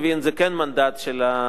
זה כן מנדט של הצוות,